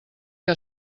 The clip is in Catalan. que